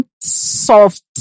soft